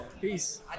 Peace